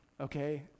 Okay